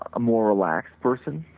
ah more relaxed person.